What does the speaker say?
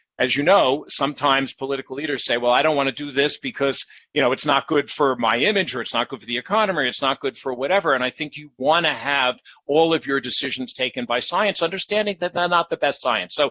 as you know, sometimes political leaders say, well, i don't want to do this because you know it's not good for my image or it's not good for the economy or it's not good for whatever. and i think you want to have all of your decisions taken by science, understanding that they're not the best science. so,